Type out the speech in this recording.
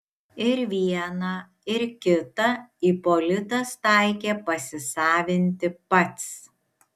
ir vieną ir kitą ipolitas taikė pasisavinti pats